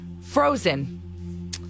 Frozen